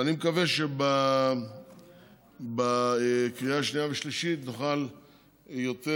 ואני מקווה שבקריאה השנייה והשלישית נוכל יותר